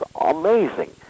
amazing